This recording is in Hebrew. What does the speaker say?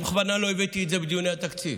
אני בכוונה לא הבאתי את זה בדיוני התקציב,